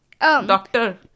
Doctor